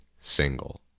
single